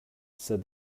said